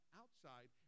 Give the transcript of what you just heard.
outside